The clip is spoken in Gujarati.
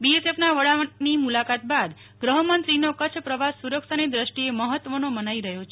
બીઐસએફના વડાની મુલાકાત બાદ ગૃહમંત્રીનો કચ્છ પ્રવાસ સુરક્ષાની દ્રષ્ટિએ મહત્વનો મનાઇ રહ્યો છે